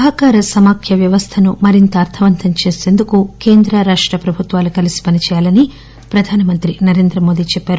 సహకార సమాఖ్య వ్యవస్థను మరింత అర్థవంతం చేసేందుకు కోసం కేంద్ర రాష్ట ప్రభుత్వాలు కలిసి పని చేయాలని ప్రధాన మంత్రి నరేంద్ర మోదీ చెప్పారు